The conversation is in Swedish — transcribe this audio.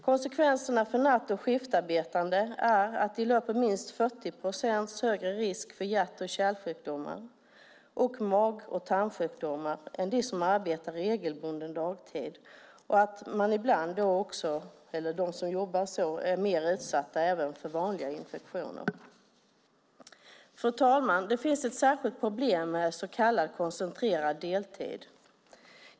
Konsekvenserna för natt och skiftarbetande är att de löper minst 40 procents högre risk för hjärt och kärlsjukdomar samt mag och tarmsjukdomar än de som arbetar regelbunden dagtid. De som jobbar så är ibland mer utsatta även för vanliga infektioner. Fru talman! Det finns ett särskilt problem med så kallad koncentrerad deltid.